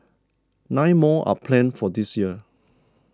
nine more are planned for this year